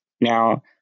Now